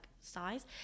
size